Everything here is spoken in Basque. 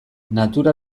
natura